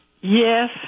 Yes